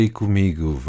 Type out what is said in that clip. comigo